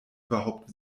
überhaupt